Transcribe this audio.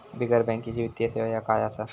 बिगर बँकेची वित्तीय सेवा ह्या काय असा?